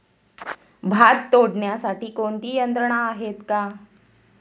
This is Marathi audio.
भात तोडण्यासाठी कोणती यंत्रणा आहेत का?